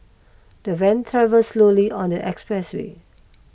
the van travel slowly on the expressway